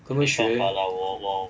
跟他学